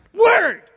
Word